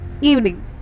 evening